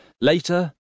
Later